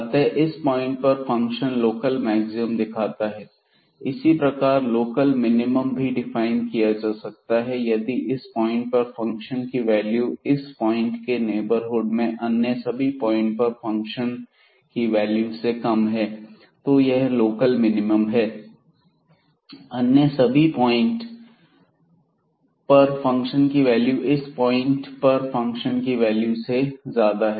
अतः इस पॉइंट पर फंक्शन लोकल मैक्सिमम दिखाता है इसी प्रकार लोकल मिनिमम भी डिफाइन किया जा सकता है यदि इस पॉइंट पर फंक्शन की वैल्यू इस पॉइंट के नेबरहुड में अन्य सभी पॉइंट्स पर वैल्यू से कम है तो यह लोकल मिनिमम है अन्य सभी पॉइंट पर फंक्शन की वैल्यू इस पॉइंट पर फंक्शन की वैल्यू से ज्यादा है